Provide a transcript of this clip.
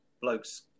blokes